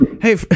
hey